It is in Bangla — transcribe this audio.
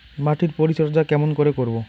মাটির পরিচর্যা কেমন করে করব?